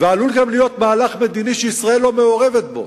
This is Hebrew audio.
ועלול גם להיות מהלך מדיני שישראל לא מעורבת בו.